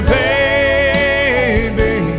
baby